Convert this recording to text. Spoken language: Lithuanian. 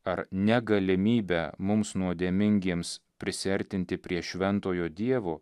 ar negalimybę mums nuodėmingiems prisiartinti prie šventojo dievo